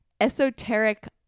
esoteric